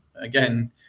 again